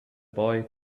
boy